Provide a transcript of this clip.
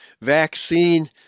vaccine